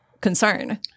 concern